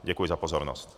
Děkuji za pozornost.